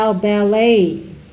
Ballet